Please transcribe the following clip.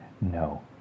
No